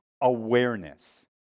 awareness